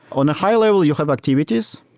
on a high-level, you have activities,